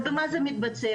במה זה מתבטא?